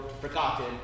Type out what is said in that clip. forgotten